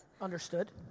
Understood